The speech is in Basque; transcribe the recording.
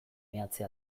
meatze